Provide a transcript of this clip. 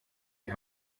die